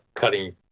Cutting